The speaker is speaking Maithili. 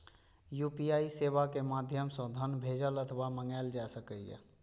यू.पी.आई सेवा के माध्यम सं धन भेजल अथवा मंगाएल जा सकैए